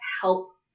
help